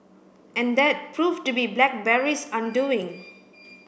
and that proved to be Blackberry's undoing